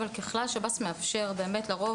אבל ככלל שב"ס מאפשר לרוב.